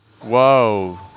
Whoa